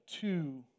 two